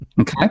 Okay